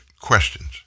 questions